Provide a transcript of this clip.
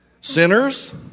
Sinners